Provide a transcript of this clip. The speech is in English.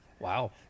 Wow